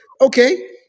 Okay